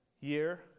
Year